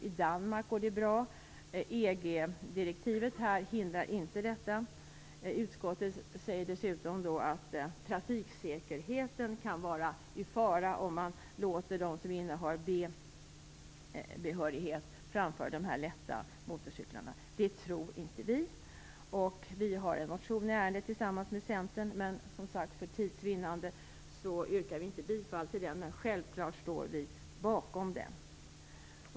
I Danmark går det bra. EG-direktivet lägger inga hinder i vägen. Utskottet säger dessutom att trafiksäkerheten kan vara i fara om man låter dem som innehar B-behörighet framföra lätt motorcykel. Det tror inte vi. Därför har vi tillsammans med Centern en motion i ärendet, men, som sagt, för tids vinnande yrkar jag inte bifall till den, fast vi står självfallet bakom den.